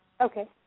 Okay